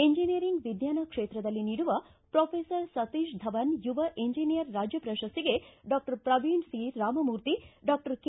engineering ವಿಜ್ಞಾನ ಕ್ಷೇತ್ರದಲ್ಲಿ ನೀಡುವ ಪೊಫೆಸರ್ ಸತೀಶ್ ಧವನ್ ಯುವ ಇಂಜಿನಿಯರ್ ರಾಜ್ಯ ಪ್ರಶಸ್ತಿಗೆ doctor Praveen C Ramamurthy doctor K